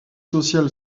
social